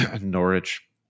Norwich